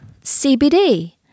CBD